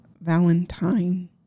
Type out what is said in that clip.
valentine